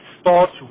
starts